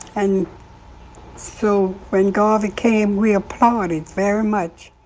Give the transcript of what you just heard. and so when garvey came, we applauded very much.